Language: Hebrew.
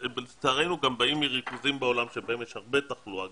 לצערנו גם באים מריכוזים בעולם שבהם יש הרבה תחלואה.